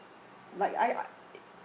like I